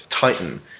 Titan